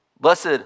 Blessed